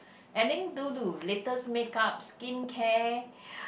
I think due to latest make-up skincare